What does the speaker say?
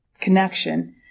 connection